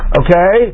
okay